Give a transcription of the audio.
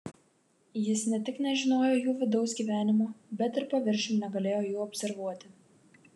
jis ne tik nežinojo jų vidaus gyvenimo bet ir paviršium negalėjo jų observuoti